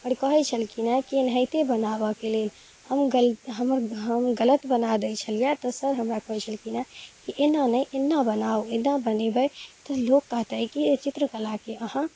आओर कहै छलखिन हँ की एनाहिते बनाबऽके लेल हम गलती हमर हम गलत बना दै छलियै तऽ सर हमरा कहै छलखिन हँ की एना ने एना बनाउ एना बनेबै तऽ लोक कहतै की अइ चित्र कलाके अहाँ